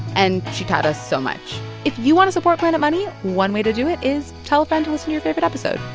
and she taught us so much if you want to support planet money, one way to do it is tell a friend to listen to your favorite episode,